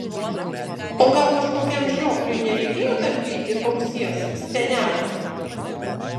o gal kažkokiam žiopliui nereikėjo tampyti ausies spenelio